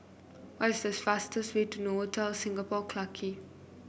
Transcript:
what is the fastest way to Novotel Singapore Clarke Quay